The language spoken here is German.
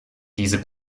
diese